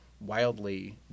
wildly